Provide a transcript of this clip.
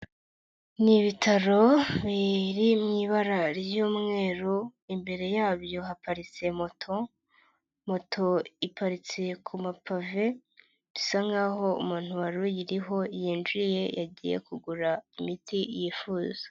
Ni ibitaro biriwibara ry'umweru, imbere yabyo haparitse moto, moto iparitse ku mapave, bisa nkaho umuntu wari uyiriho yinjiye, yagiye kugura imiti yifuza.